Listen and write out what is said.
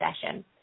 session